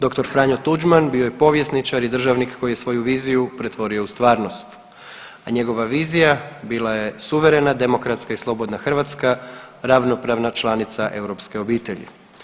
Doktor Franjo Tuđman bio je povjesničar i državnik koji je svoju viziju pretvorio u stvarnost, a njegova vizija bila je suverena, demokratska i slobodna Hrvatska ravnopravna članica europske obitelji.